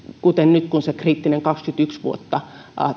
kuten nyt kun se kriittinen kaksikymmentäyksi vuotta